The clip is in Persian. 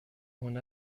هنر